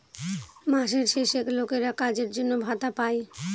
মাসের শেষে লোকেরা কাজের জন্য ভাতা পাই